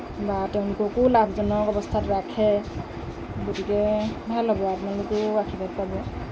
বা তেওঁলোককো লাভজনক অৱস্থাত ৰাখে গতিকে ভাল হ'ব আৰু আপোনালোকেও আশীৰ্বাদ পাব